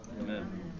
Amen